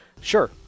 sure